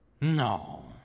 No